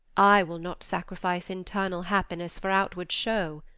i will not sacrifice internal happiness for outward shew,